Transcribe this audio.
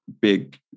big